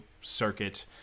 circuit